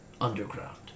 Underground